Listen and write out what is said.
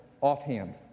offhand